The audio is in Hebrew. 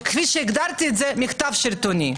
וכפי שהגדרתי את זה - מחטף שלטוני.